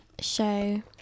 show